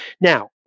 now